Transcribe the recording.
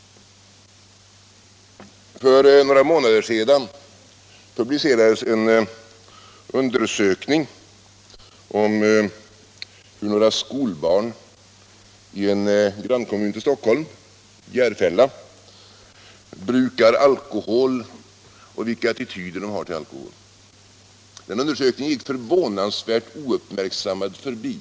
För några månader sedan publicerades en undersökning om hur skolbarn i en grannkommun till Stockholm, Järfälla, brukar alkohol och vilka attityder de har till alkohol. Den undersökningen gick förvånansvärt ouppmärksammad förbi.